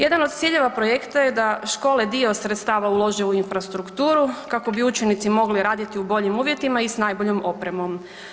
Jedan od ciljeva projekta je da škole dio sredstava ulože u infrastrukturu kako bi učenici mogli raditi u boljim uvjetima i s najboljom opremom.